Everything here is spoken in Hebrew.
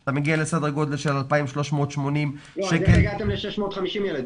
אתה מגיע לסדר גודל של 2,380 שקל --- איך הגעתם ל-650 ילדים?